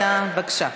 בבקשה,